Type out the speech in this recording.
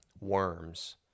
worms